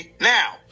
now